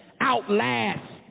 outlast